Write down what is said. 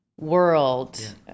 world